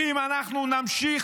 כי אם אנחנו נמשיך,